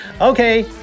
Okay